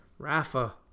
Rafa